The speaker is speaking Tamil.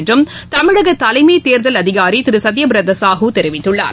என்றுதமிழகதலைமைத்தேர்தல் அதிகாரிதிருசத்யபிரதசாஹூ தெரிவித்துள்ளார்